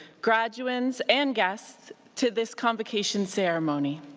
graduands and guests, to this convocation ceremony.